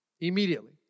Immediately